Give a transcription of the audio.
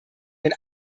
wenn